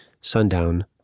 sundown